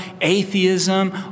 atheism